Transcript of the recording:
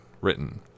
written